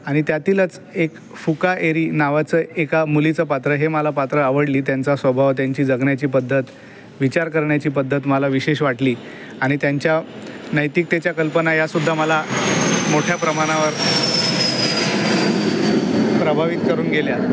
आणि त्यातीलच एक फुकाएरी नावाचं एका मुलीचं पात्र हे मला पात्रं आवडली त्यांचा स्वभाव त्यांची जगण्याची पद्धत विचार करण्याची पद्धत मला विशेष वाटली आणि त्यांच्या नैतिकतेच्या कल्पना यासुद्धा मला मोठ्या प्रमाणावर प्रभावित करून गेल्या